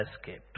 escaped